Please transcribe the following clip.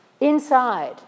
inside